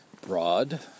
broad